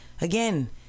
again